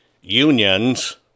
unions